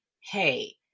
hey